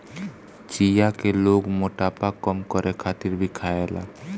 चिया के लोग मोटापा कम करे खातिर भी खायेला